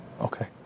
okay